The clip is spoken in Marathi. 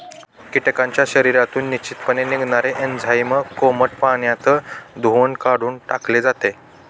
कीटकांच्या शरीरातून निश्चितपणे निघणारे एन्झाईम कोमट पाण्यात धुऊन काढून टाकले जाते